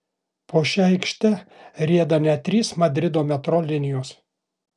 po šia aikšte rieda net trys madrido metro linijos